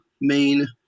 main